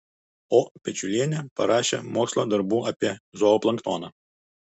o pečiulienė parašė mokslo darbų apie zooplanktoną